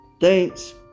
Thanks